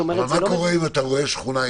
אבל מה קורה אם אתה רואה שכונה,